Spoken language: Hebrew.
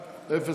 אחר.